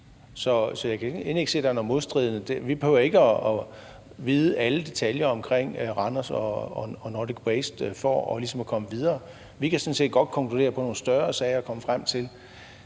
Så jeg kan egentlig ikke se, at der er noget modstridende der. Vi behøver ikke at vide alle detaljer om Randers og Nordic Waste for ligesom at komme videre. Vi kan sådan set godt konkludere på nogle større sager og komme frem til,